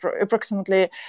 approximately